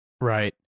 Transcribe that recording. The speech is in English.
Right